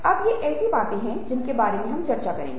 और ये ऐसी बातें हैं जिनके बारे में हम चर्चा करेंगे